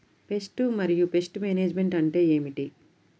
Pest మరియు pest management అంటే ఏమిటి?